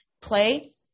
play